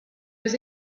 was